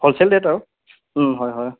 wholesale rate আৰু হয় হয়